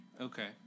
okay